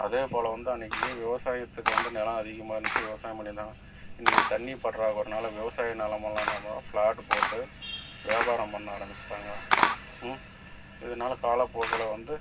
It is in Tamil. அதே போல் வந்து அன்றைக்கி விவசாயத்துக்கு வந்து நிலம் அதிகமாக இருந்துச்சு விவசாயம் பண்ணியிருந்தாங்க இன்றைக்கி தண்ணி பற்றாக்குறையினால் விவசாய நிலமெல்லாம் என்ன பண்ணுறாங்க ப்ளாட்டு போட்டு வியாபாரம் பண்ண ஆரமிச்சுட்டாங்க இதனால காலப்போக்கில் வந்து